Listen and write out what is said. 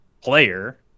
player